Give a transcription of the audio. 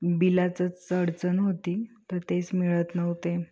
बिलाचंच अडचण होते तर तेच मिळत नव्हते